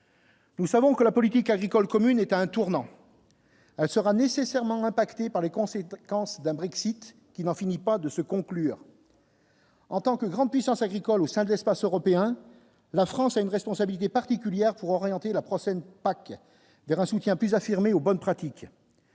Nous savons que la politique agricole commune est à un tournant. Elle sera nécessairement impactés par les conséquences d'un Brexit qui n'en finit pas de se conclure. En tant que grande puissance agricole au sein de l'espace européen, la France a une responsabilité particulière pour orienter la prochaine PAC verra un soutien plus affirmé aux bonnes pratiques,